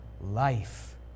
life